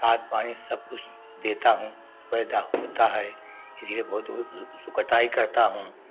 खाद पानी सबकुछ देता हूँ पैदा होता है इसीलिए बहुत दूर दूर सुकताई करता हूँ